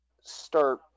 start